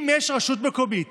אם יש רשות מקומית